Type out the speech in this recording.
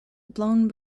blown